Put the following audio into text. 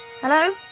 Hello